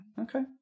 Okay